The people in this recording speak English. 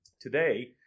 Today